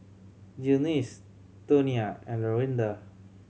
Glynis Tonia and Lorinda